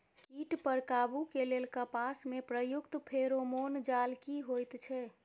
कीट पर काबू के लेल कपास में प्रयुक्त फेरोमोन जाल की होयत छै?